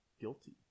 Guilty